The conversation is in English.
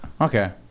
Okay